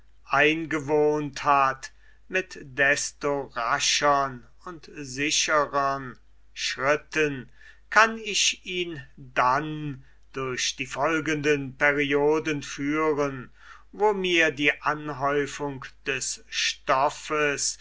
eingewohnt hat mit desto raschern und sicherern schritten kann ich ihn dann durch die folgenden perioden führen wo mir die anhäufung des stoffes